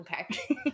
Okay